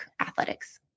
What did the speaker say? athletics